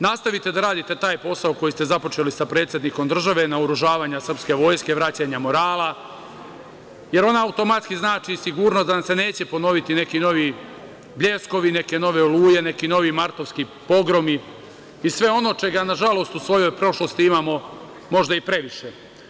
Nastavite da radite taj posao koji ste započeli sa predsednikom države, naoružavanja srpske vojske, vraćanja morala, jer to automatski znači i sigurnost da nam se neće ponoviti neki novi „bljeskovi“, neke nove „oluje“, neki novi „martovski pogromi“ i sve ono čega nažalost u svojoj prošlosti imamo možda i previše.